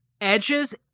edges